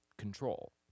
Control